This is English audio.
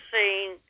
seen